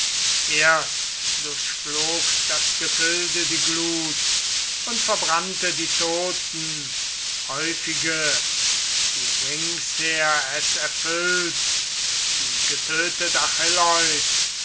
erst durchflog das gefilde die glut und verbrannte die toten häufige die ringsher es erfüllt die getötet